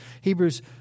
Hebrews